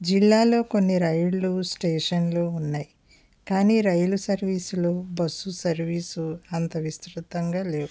జిల్లాల్లో కొన్ని రైళ్ళు స్టేషన్లు ఉన్నాయి కానీ రైలు సర్వీస్లు బస్సు సర్వీసు అంత విస్తృతంగా లేవు